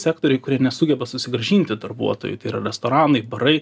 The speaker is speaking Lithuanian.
sektoriai kurie nesugeba susigrąžinti darbuotojų tai yra restoranai barai